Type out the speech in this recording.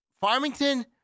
Farmington